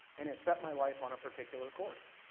and it set my life on a particular course,